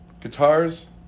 guitars